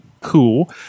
cool